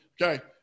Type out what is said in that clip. Okay